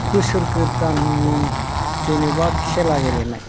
बोसोर गोदाननि जेनेबा खेला गेलेनाय